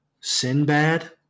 Sinbad